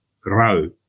grow